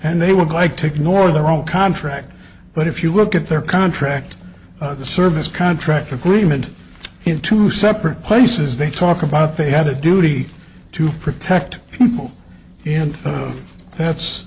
and they would like to ignore their own contract but if you look at their contract the service contract agreement in two separate places they talk about they had a duty to protect people and that's